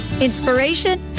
inspiration